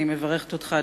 אני מברכת אותך,